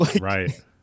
Right